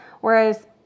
whereas